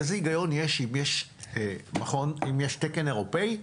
איזה היגיון יש, אם יש תקן אירופי,